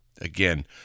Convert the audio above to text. Again